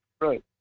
Right